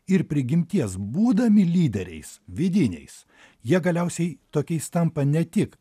ir prigimties būdami lyderiais vidiniais jie galiausiai tokiais tampa ne tik